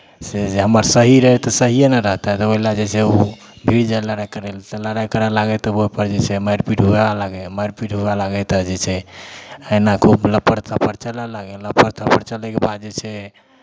से जे हमर सही रहै तऽ सहिए ने रहतै तऽ ओहि लए जे छै ओहो भिर जाय लड़ाइ करय लए तऽ लड़ाइ करय लागै तऽ ओहिपर जे छै मारि पीट हुए लागै मारि पीट हुए लागै तऽ जे छै एना खूब लपड़ थापड़ चलय लागै लपड़ थापड़ चलयके बाद जे छै